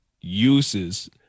uses